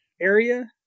area